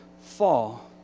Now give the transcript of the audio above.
fall